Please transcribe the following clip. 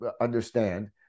understand